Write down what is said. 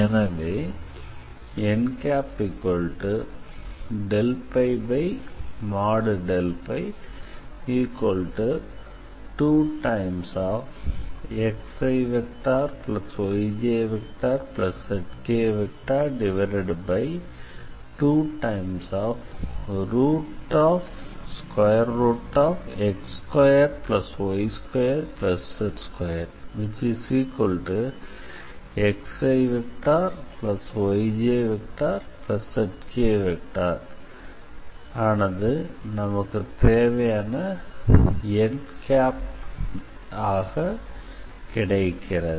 எனவே n||2xiyjzk2x2y2z2xiyjzk ஆனது நமக்கு தேவையான நார்மல் n ஆக கிடைக்கிறது